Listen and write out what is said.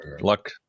Luck